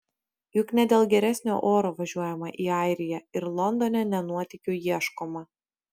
juk ne dėl geresnio oro važiuojama į airiją ir londone ne nuotykių ieškoma